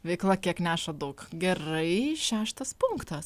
veikla kiek neša daug gerai šeštas punktas